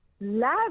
love